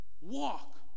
walk